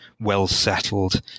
well-settled